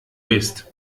bist